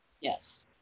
Yes